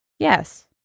Yes